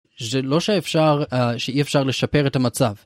זה לא שאפשר, שאי אפשר לשפר את המצב.